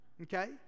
Okay